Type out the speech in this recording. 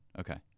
okay